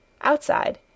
outside